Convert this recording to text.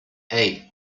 hey